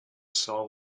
soul